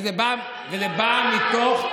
וזה בא מתוך,